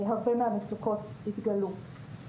הרבה מהמצוקות התגלו,